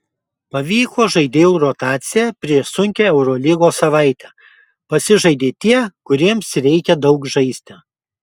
pavyko žaidėjų rotacija prieš sunkią eurolygos savaitę pasižaidė tie kuriems reikia daug žaisti